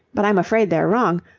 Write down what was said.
but i'm afraid they're wrong.